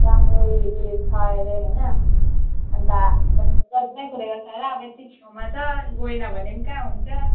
त्यहाँबाट योहरू छ अरे होइन अन्त बट लजमै खुलेको छ होला अब यति छेउमा छ गएन भने कहाँ हुन्छ